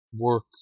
work